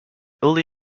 holy